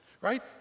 right